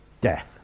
death